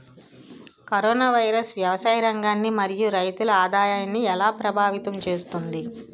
Corona virus వ్యవసాయ రంగాన్ని మరియు రైతుల ఆదాయాన్ని ఎలా ప్రభావితం చేస్తుంది?